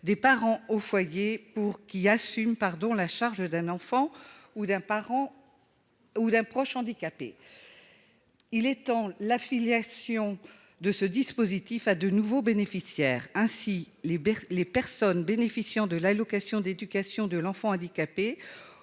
des parents au foyer, qui assument la charge d'un enfant ou d'un proche handicapé. Il vise à étendre l'affiliation de ce dispositif à de nouveaux bénéficiaires. Ainsi, les personnes bénéficiant de l'allocation d'éducation de l'enfant handicapé